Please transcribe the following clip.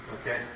Okay